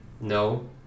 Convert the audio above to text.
No